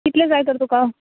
कितले जाय तर तुका